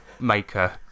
Maker